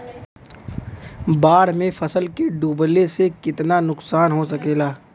बाढ़ मे फसल के डुबले से कितना नुकसान हो सकेला?